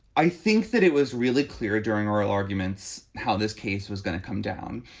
i think that it was really clear during oral arguments how this case was going to come down.